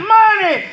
money